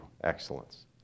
excellence